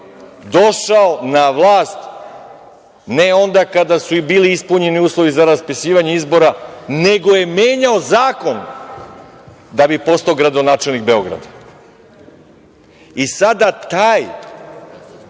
došao na vlast, ne onda kada su bili ispunjeni uslovi za raspisivanje izbora nego je menjao zakon da bi postao gradonačelnik Beograda. Sada taj